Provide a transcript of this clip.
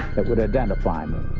that would identify me.